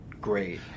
great